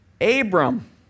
Abram